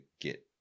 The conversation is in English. get